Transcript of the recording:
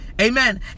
Amen